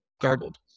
garbled